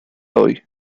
hoy